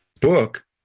Book